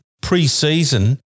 pre-season